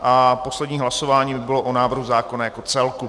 A poslední hlasování by bylo o návrhu zákona jako celku.